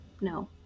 No